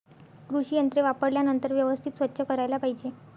कृषी यंत्रे वापरल्यानंतर व्यवस्थित स्वच्छ करायला पाहिजे